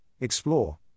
explore